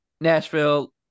nashville